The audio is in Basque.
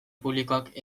publikoak